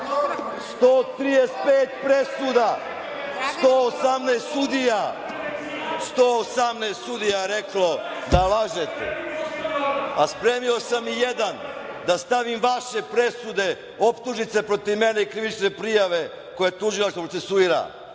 135 presuda, 118 sudija je reklo da lažete. A spremio sam i jedan da stavim vaše presude, optužnice protiv mene i krivične prijave koje tužilaštvo procesuira.